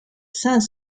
saint